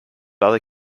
other